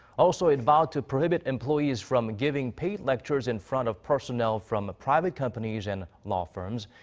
also, it vowed to prohibit employees from giving paid lectures in front of personnel from private companies and law firms.